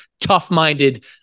tough-minded